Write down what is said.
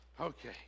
okay